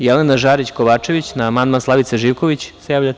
Jelena Žarić Kovačević, na amandman Slavice Živković se javljate?